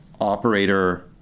operator